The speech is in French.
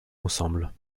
ensemble